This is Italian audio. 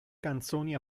canzoni